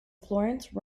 florence